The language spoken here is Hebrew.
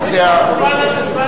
ידו.